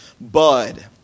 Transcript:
Bud